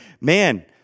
man